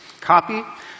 copy